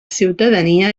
ciutadania